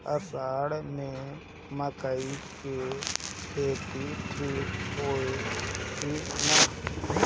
अषाढ़ मे मकई के खेती ठीक होई कि ना?